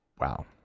Wow